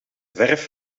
verf